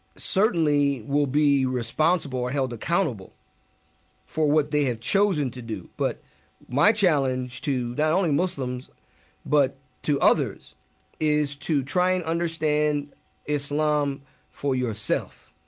certainly will be responsible or held accountable for what they have chosen to do. but my challenge to not only muslims but to others is to try and understand islam for yourself.